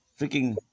Freaking